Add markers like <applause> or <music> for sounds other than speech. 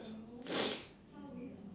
<noise>